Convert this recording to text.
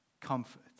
Comfort